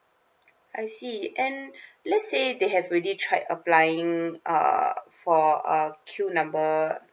I see and let's say they have already tried applying uh for a queue number